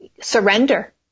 surrender